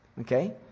Okay